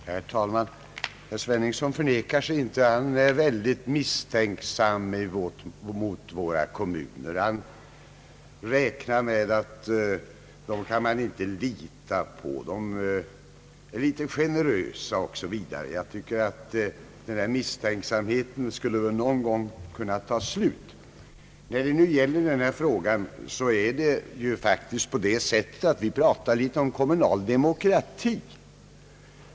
Herr talman! Herr Sveningsson förnekar sig inte. Han är mycket misstänksam mot våra kommuner — dem kan man inte lita på, de är generösa osv. Jag tycker att denna misstänksamhet någon gång skulle kunna ta slut. När det gäller denna fråga pratar vi faktiskt litet om kommunal demokrati.